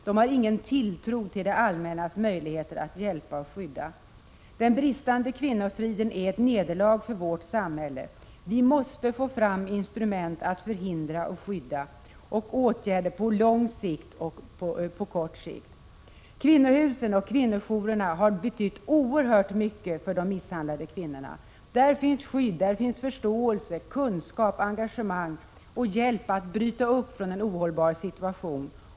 De har ingen tilltro till det allmännas möjligheter att hjälpa och skydda dem. 17 Den bristande kvinnofriden är ett nederlag för vårt samhälle. Vi måste få 15 december 1986 fram instrument att förhindra detta våld och skydda kvinnorna — åtgärder på lång sikt och på kort sikt. Kvinnohusen och kvinnojourerna har betytt oerhört mycket för de misshandlade kvinnorna. Där finns skydd, förståelse, kunskap och engagemang. Där finns också hjälp till kvinnorna för att de skall kunna bryta upp från en ohållbar situation.